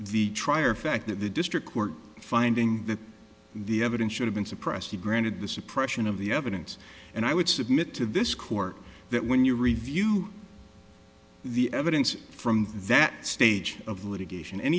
the trier of fact that the district court finding that the evidence should have been suppressed you granted the suppression of the evidence and i would submit to this court that when you review the evidence from that stage of litigation and